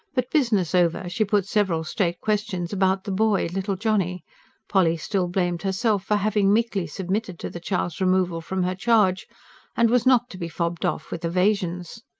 but business over, she put several straight questions about the boy, little johnny polly still blamed herself for having meekly submitted to the child's removal from her charge and was not to be fobbed off with evasions.